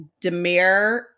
Demir